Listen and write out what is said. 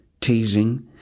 teasing